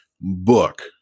book